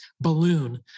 balloon